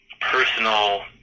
personal